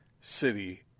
city